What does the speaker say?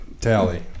Tally